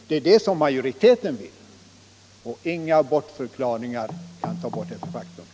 Det är det som majoriteten vill. Och kom inte med några bortförklaringar!